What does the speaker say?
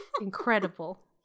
incredible